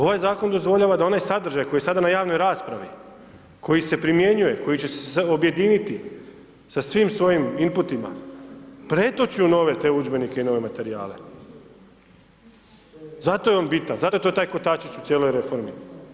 Ovaj zakon dozvoljava da ona sadržaj koji je sada na javnoj raspravi koji se primjenjuje, koji će se objediniti sa svim svojim imputima pretoči u nove te udžbenike i nove materijale, zato je on bitan zato je to taj kotačić u cijeloj reformi.